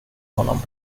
honom